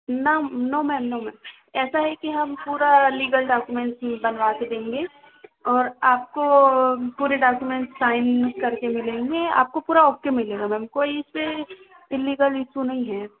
ना no ma'am no ma'am ऐसा है कि हम पूरा लीगल डॉक्युमेंट्स बनवा कर देंगे और आपको पूरी डॉक्युमेंट साइन करके मिलेंगे आपको पूरा ओके मिलेगा मैम कोई इशू इलीगल इशू नहीं है